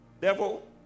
Devil